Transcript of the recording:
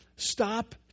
Stop